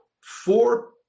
four